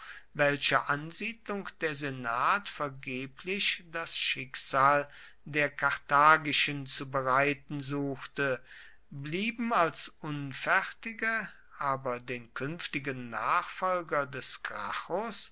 welcher ansiedelung der senat vergeblich das schicksal der karthagischen zu bereiten suchte blieben als unfertige aber den künftigen nachfolger des